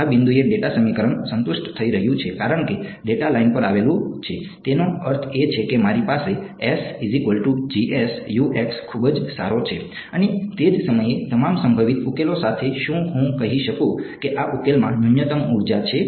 આ બિંદુએ ડેટા સમીકરણ સંતુષ્ટ થઈ રહ્યું છે કારણ કે ડેટા લાઇન પર આવેલું છે તેનો અર્થ એ કે મારી પાસે ખૂબ જ સારો છે અને તે જ સમયે તમામ સંભવિત ઉકેલો સાથે શું હું કહી શકું કે આ ઉકેલમાં ન્યૂનતમ ઊર્જા છે